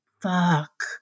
fuck